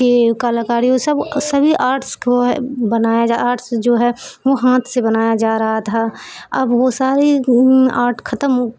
کی کلاکاری وہ سب سبھی آرٹس کو بنایا جا آرٹس جو ہے وہ ہاتھ سے بنایا جا رہا تھا اب وہ ساری آرٹ ختم